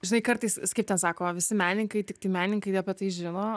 žinai kartais kaip ten sako visi menininkai tiktai menininkai apie tai žino